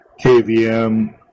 KVM